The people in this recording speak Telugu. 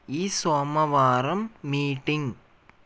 ఈ సోమవారం మీటింగ్